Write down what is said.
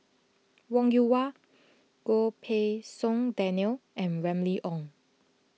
Wong Yoon Wah Goh Pei Siong Daniel and Remly Ong